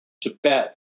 Tibet